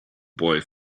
boy